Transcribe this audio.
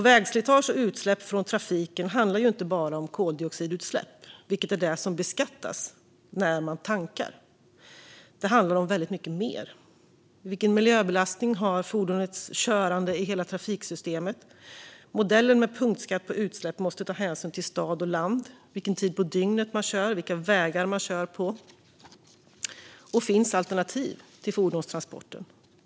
Vägslitage och utsläpp från trafiken handlar inte bara om koldioxidutsläpp, vilket är det som beskattas när man tankar. Det handlar om väldigt mycket mer. Vilken miljöbelastning har fordonets körande i hela trafiksystemet? Modellen med punktskatt på utsläpp måste ta hänsyn till stad och land, vilken tid på dygnet man kör och vilka vägar man kör på. Finns alternativ till fordonstransport?